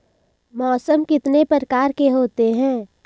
मौसम कितने प्रकार के होते हैं?